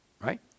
right